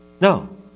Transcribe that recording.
no